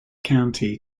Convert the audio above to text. county